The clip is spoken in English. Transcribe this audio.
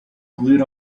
glued